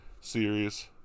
series